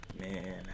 Man